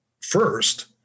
first